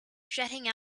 jetting